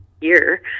year